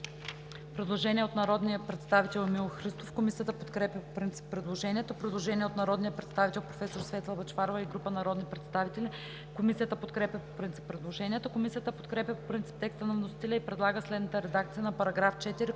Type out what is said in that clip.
Предложение от народния представител Емил Христов. Комисията подкрепя по принцип предложението. Предложение от народния представител професор Светла Бъчварова и група народни представители. Комисията подкрепя предложенията. Комисията подкрепя по принцип текста на вносителя и предлага следната редакция на § 4,